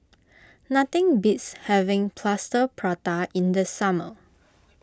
nothing beats having Plaster Prata in the summer